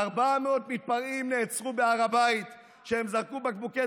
400 מתפרעים נעצרו בהר הבית כשהם זרקו בקבוקי